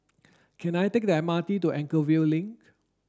can I take the M R T to Anchorvale Link